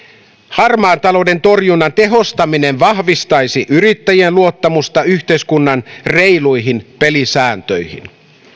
harmaan talouden torjunnan tehostaminen vahvistaisi yrittäjien luottamusta yhteiskunnan reiluihin pelisääntöihin